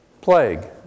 plague